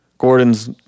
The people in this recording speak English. Gordon's